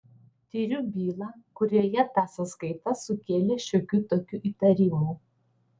tiriu bylą kurioje ta sąskaita sukėlė šiokių tokių įtarimų